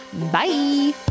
Bye